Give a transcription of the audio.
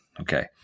Okay